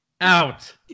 out